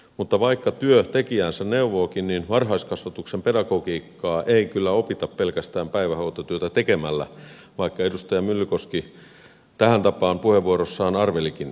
mutta vaikka työ tekijäänsä neuvookin varhaiskasvatuksen pedagogiikkaa ei kyllä opita pelkästään päivähoitotyötä tekemällä vaikka edustaja myllykoski tähän tapaan puheenvuorossaan arvelikin